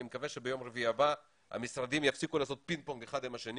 אני מקווה שביום רביעי הבא המשרדים יפסיקו לעשות פינג פונג אחד עם השני